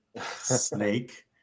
snake